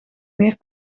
meer